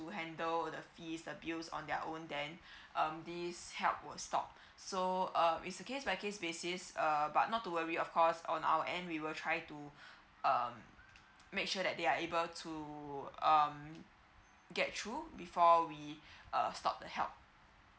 handle the fees the bills on their own then um this help will stop so um it's a case by case basis err but not to worry of course on our end we will try to um make sure that they are able to um get through before we err stop the help